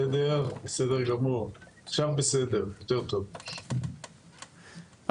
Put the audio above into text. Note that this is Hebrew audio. ובגלל שנשיא המדינה